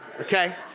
okay